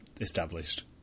established